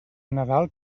nadal